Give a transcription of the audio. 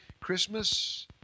Christmas